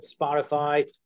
Spotify